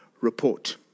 report